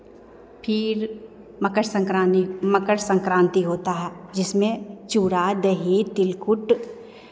फिर मकर संक्रांति मकर संक्रांति होता है जिसमें चूरा दही तिलकुट